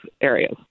areas